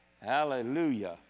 Hallelujah